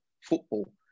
football